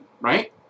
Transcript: right